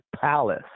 palace